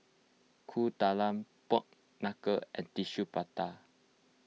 Kueh Talam Pork Knuckle and Tissue Prata